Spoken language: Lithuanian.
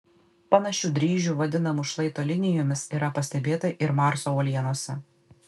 panašių dryžių vadinamų šlaito linijomis yra pastebėta ir marso uolienose